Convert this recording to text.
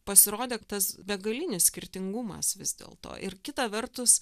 pasirodė tas begalinis skirtingumas vis dėl to ir kita vertus